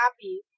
happy